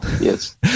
Yes